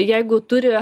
jeigu turi